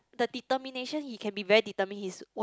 the determination he can be very determined his own